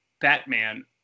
Batman